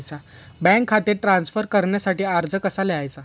Bank खाते transfer करण्यासाठी अर्ज कसा लिहायचा?